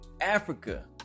Africa